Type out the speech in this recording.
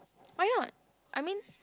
why not I mean